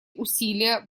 усилия